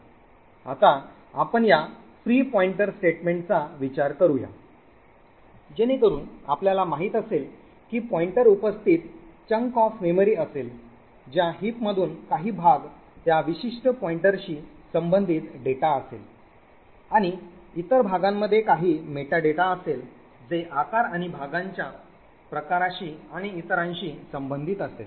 आता आपण या फ्री पॉइंटर स्टेटमेंटचा विचार करूया जेणेकरून आपल्याला माहित असेल की पॉईंटर उपस्थित स्मृतींचा एक भाग असेल ज्या हिपमधुन काही भाग त्या विशिष्ट पॉईंटरशी संबंधित डेटा असेल आणि इतर भागांमध्ये काही मेटाडेटा असेल जे आकार आणि भागांच्या प्रकाराशी आणि इतरांशी संबंधित असेल